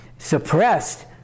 suppressed